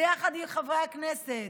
ביחד עם חברי הכנסת,